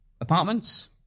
Apartments